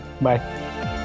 Bye